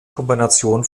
kombination